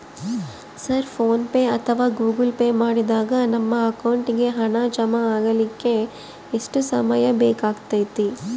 Sir PhonePe ಅಥವಾ Google Pay ಮಾಡಿದಾಗ ನಮ್ಮ ಅಕೌಂಟಿಗೆ ಹಣ ಜಮಾ ಆಗಲಿಕ್ಕೆ ಎಷ್ಟು ಸಮಯ ಬೇಕಾಗತೈತಿ?